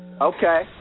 Okay